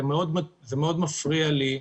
משהו שמאוד מפריע לי.